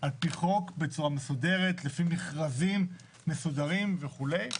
על פי חוק בצורה מסודרת לפי מכרזים מסודרים וכולי.